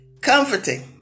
Comforting